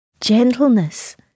gentleness